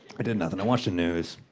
i did nothing. i watched the news.